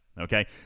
Okay